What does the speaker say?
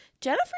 Jennifer